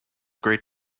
great